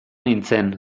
nintzen